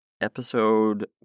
Episode